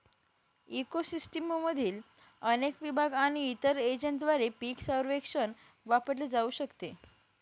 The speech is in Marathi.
इको सिस्टीममधील अनेक विभाग आणि इतर एजंटद्वारे पीक सर्वेक्षण वापरले जाऊ शकते